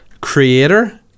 creator